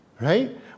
right